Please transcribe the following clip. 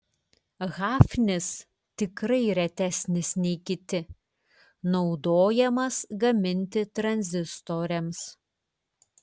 hafnis tikrai retesnis nei kiti naudojamas gaminti tranzistoriams